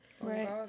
Right